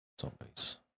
zombies